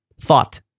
thought